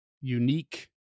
unique